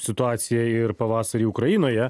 situacija ir pavasarį ukrainoje